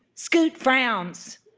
scoot frowns.